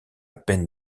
peine